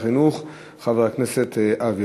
2554, של חבר הכנסת ג'מאל